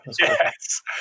yes